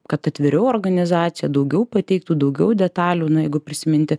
kad atviriau organizacija daugiau pateiktų daugiau detalių na jeigu prisiminti